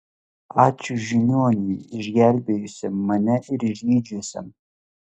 ačiū žiniuoniui išgelbėjusiam mane ir išgydžiusiam